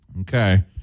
Okay